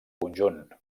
conjunt